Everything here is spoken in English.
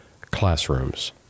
classrooms